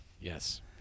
yes